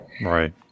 right